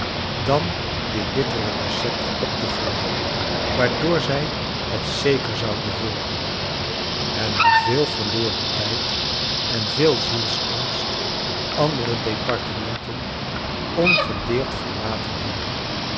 dan dit bittere recept op te volgen waardoor zq het zeker zouden worden en na veel verloren tijd en veel zielsangst andere departementen ongedeerd verlaten hadden